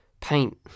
paint